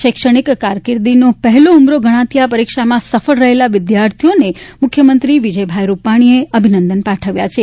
શૈક્ષણિક કારકિર્દીનો પહેલો ઉંબરો ગણાતી આ પરીક્ષામાં સફળ રહેલા વિદ્યાર્થીઓને મુખ્યમંત્રી વિજય રૂપાણીએ અભિનંદન પાઠવ્યા છે